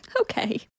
okay